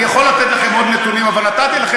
אני יכול לתת לכם עוד נתונים, אבל